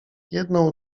jedno